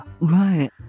Right